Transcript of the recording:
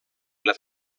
las